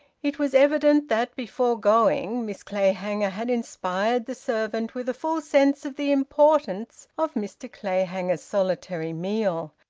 it was evident that before going miss clayhanger had inspired the servant with a full sense of the importance of mr clayhanger's solitary meal,